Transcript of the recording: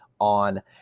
on